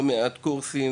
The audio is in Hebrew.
הקורסים